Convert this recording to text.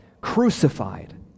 crucified